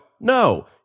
No